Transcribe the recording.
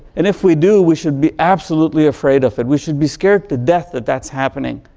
and if we do, we should be absolutely afraid of it. we should be scared to death if that's happening.